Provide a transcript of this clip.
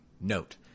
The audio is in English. Note